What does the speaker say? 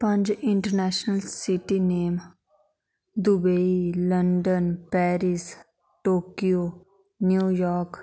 पंज international city name Dubai London Paris Tokyo New York